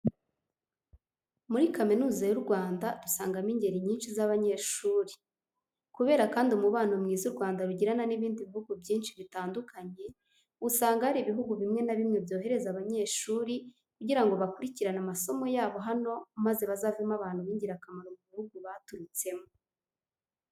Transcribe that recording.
Muri Kaminuza y'u Rwanda dusangamo ingeri nyinshi z'abanyeshuri. Kubera kandi umubano mwiza u Rwanda rugirana n'ibindi bihugu bwinshi bitandukanye, usanga hari ibihugu bimwe na bimwe byohereza abanyeshuri kugira ngo bakurikiranire amasomo yabo hano maze bazavemo abantu b'ingirakamaro mu bihugu baturutsemo.